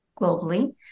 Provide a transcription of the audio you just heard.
globally